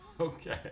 Okay